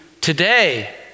today